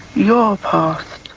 your past.